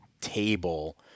table